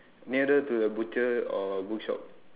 nearer to the butcher or bookshop